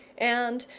and,